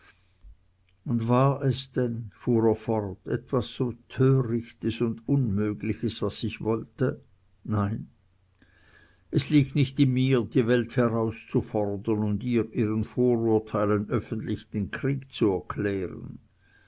und war es denn fuhr er fort etwas so törichtes und unmögliches was ich wollte nein es liegt nicht in mir die welt herauszufordern und ihr und ihren vorurteilen öffentlich den krieg zu erklären